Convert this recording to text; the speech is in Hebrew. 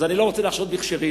אז אני לא רוצה לחשוד בכשרים,